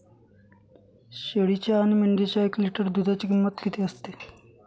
शेळीच्या आणि मेंढीच्या एक लिटर दूधाची किंमत किती असते?